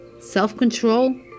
self-control